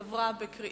נתקבל.